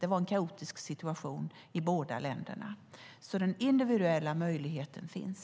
Det var en kaotisk situation i båda länderna. Den individuella möjligheten finns.